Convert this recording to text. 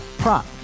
prop